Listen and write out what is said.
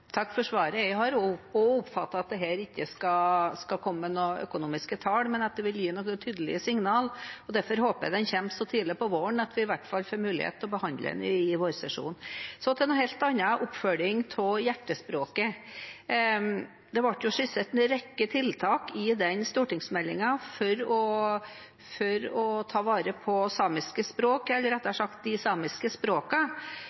Takk for svaret. Jeg har også oppfattet at en her ikke skal komme med noen økonomitall, men at det vil gi noen tydelige signaler. Derfor håper jeg den kommer så tidlig på våren at vi i hvert fall får muligheten til å behandle den i vårsesjonen. Så til noe helt annet, oppfølging av Hjertespråket. Det ble i stortingsmeldingen skissert en rekke tiltak for å ta vare samiske språk – eller